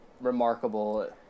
remarkable